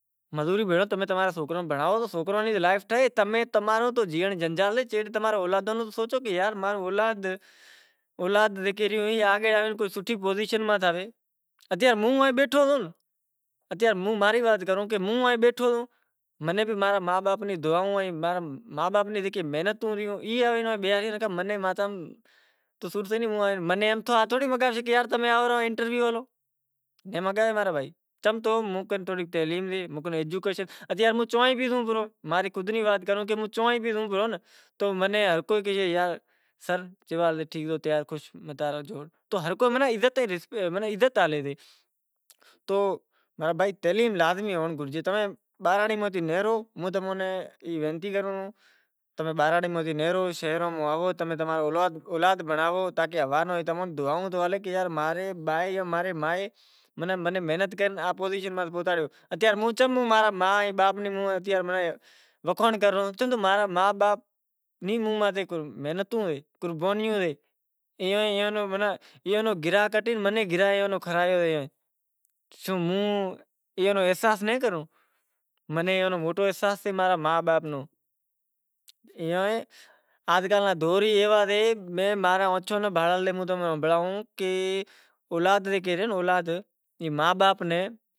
سوکراں ناں تمیں بھنڑائو تمارے سوکراں نی تو لائیف ٹھئے تمارو زیئنڑ جنجال سے تمارے اولاد نوں تو سوچو کہ ماں رو اولاد آگے ریو تتو سوٹھی پوزیشن ماتھے جائے۔ موں بیٹھو سو تو ماں رے ما با ری دعائیں سیں ہوں لکھے رہاں بھنڑل ناں ہوئاں تو کوئی ناں کہاسے کہ تمیں آو رہا انٹرویو سے۔ اولاد بھنڑائو کہ آگر تماں نے دعائوں لاگے۔ بھگوان کرے ماں رے ما با نی محنت سے۔ ایئاں نیں قربانیاں سیں۔ ہازکل نا دور ایوا سے ماں ری آنکھیاں ناں بھانڑل تمیں ہنبھڑائوں کہ اولاد زکے سے اے ما باپ ناں